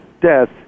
death